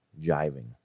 jiving